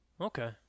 Okay